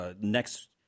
next